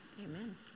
amen